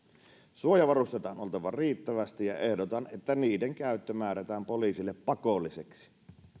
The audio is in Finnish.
suojavarusteita on oltava riittävästi ja ehdotan että niiden käyttö määrätään poliisille pakolliseksi